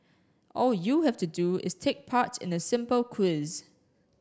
all you have to do is take part in a simple quiz